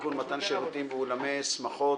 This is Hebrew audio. (תיקון מתן שירותים באולמי שמחות,